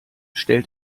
stellt